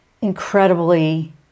incredibly